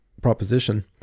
proposition